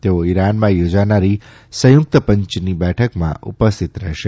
તેઓ ઇરાનમાં યોજાનારી સંયુક્ત પંચની બેઠકમાં ઉપસ્થિત રહેશે